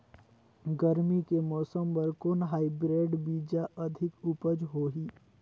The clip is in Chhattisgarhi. गरमी के मौसम बर कौन हाईब्रिड बीजा अधिक उपज होही?